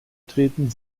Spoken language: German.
treten